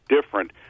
different